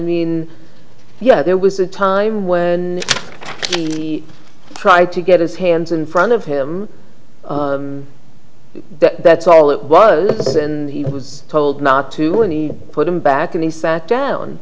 mean yeah there was a time when the try to get his hands in front of him that's all it was and he was told not to when he put him back and he sat down